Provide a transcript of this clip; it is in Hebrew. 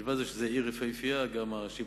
מלבד זה שזאת עיר יפהפייה, גם השיפוצים